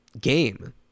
game